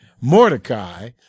Mordecai